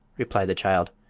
replied the child.